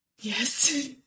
yes